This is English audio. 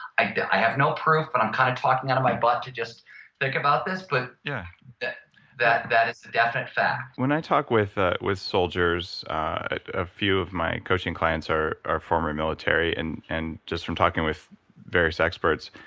i have no proof but i'm kind of talking out of my butt to just think about this. but yeah that that is a definite fact. when i talk with ah with soldiers, a few of my coaching clients are are former military. and and just from talking with various experts,